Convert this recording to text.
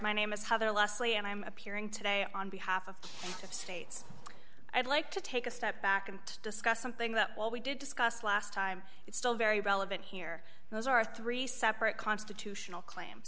my name is heather leslie and i'm appearing today on behalf of i'd like to take a step back and discuss something that while we did discuss last time it's still very relevant here those are three separate constitutional claim